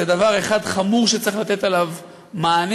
זה דבר אחד חמור שצריך לתת עליו מענה,